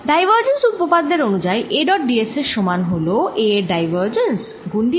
divergence উপপাদ্যের অনুযায়ী A dot d s এর সমান হল A এর ডাইভারজেন্স গুণ d v